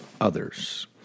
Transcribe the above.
others